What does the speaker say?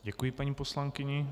Děkuji paní poslankyni.